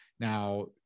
Now